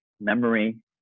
memory